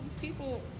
people